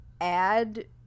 add